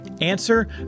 answer